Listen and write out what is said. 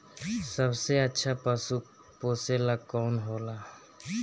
सबसे अच्छा पशु पोसेला कौन होला?